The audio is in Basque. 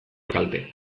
kalte